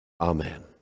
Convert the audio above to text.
Amen